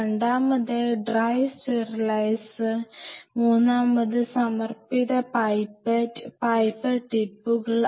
രണ്ടാമതായിഡ്രൈ steriliser മൂന്നാമത് സമർപ്പിത pipette pipette ടിപ്പുകൾ pipette pipette tips